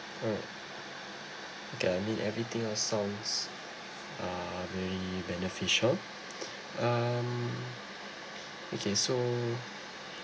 alright okay I mean everything are sounds uh really beneficial um okay so